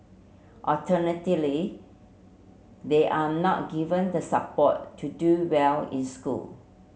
alternatively they are not given the support to do well in school